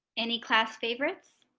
any class favorites.